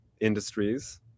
industries